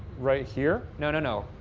right here? no, no, no.